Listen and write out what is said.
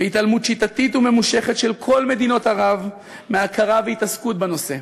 בהתעלמות שיטתית וממושכת של כל מדינות ערב מהכרה והתעסקות בנושא,